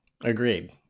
Agreed